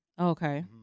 Okay